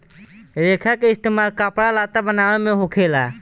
रेसा के इस्तेमाल कपड़ा लत्ता बनाये मे होखेला